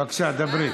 בבקשה, דברי.